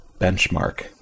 benchmark